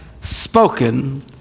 spoken